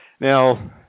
Now